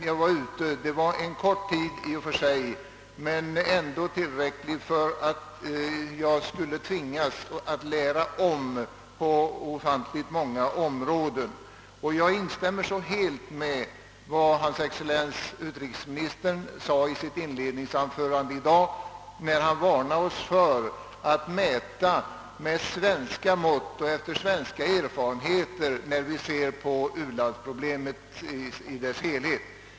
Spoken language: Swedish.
Jag var ute en kort tid, men ändå tillräckligt länge för att jag skulle tvingas att lära om på många områden. Jag instämmer helt med vad hans excellens utrikesministern sade i sitt inledningsanförande i dag, när han varnade oss för att mäta med svenska mått och efter svenska erfarenheter då det gäller u-landsproblemet i dess helhet.